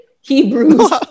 Hebrews